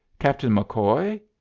captain mccoy?